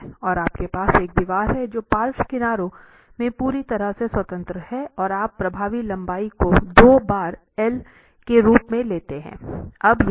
और आपके पास एक दीवार है जो पार्श्व किनारों में पूरी तरह से स्वतंत्र है और आप प्रभावी लंबाई को दो बार एल के रूप में लेते हैं